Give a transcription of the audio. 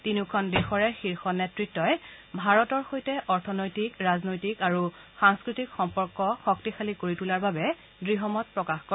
তিনিওখন দেশৰে শীৰ্ষ নেতৃত্তই ভাৰতৰ সৈতে অৰ্থনৈতিক ৰাজনৈতিক আৰু সাংস্থ্যিক সম্পৰ্ক শক্তিশালী কৰি তোলাৰ বাবে দৃঢ়মত প্ৰকাশ কৰে